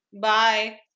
Bye